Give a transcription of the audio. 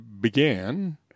began